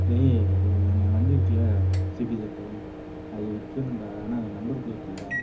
டேய் இது என் வண்டி இருக்குல்ல சிபி ஸெட்டு அது விற்கணுன்டா ஆனால் அது நம்பர் ப்ளேட் இல்லை